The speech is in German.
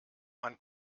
man